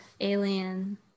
alien